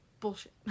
Bullshit